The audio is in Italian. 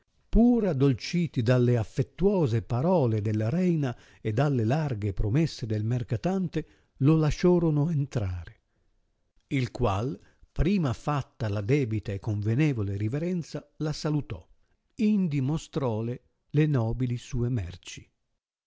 pur addolciti dalle affettuose parole della reina e dalle larghe promesse del mercatante lo lasciorono entrare il qual prima fatta la debita e convenevole riverenza la salutò indi mostròle le nobili sue mei'ci